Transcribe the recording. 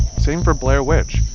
same for blair witch.